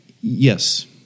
Yes